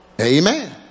amen